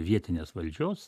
vietinės valdžios